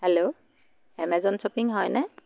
hello Amazon shopping হয়নে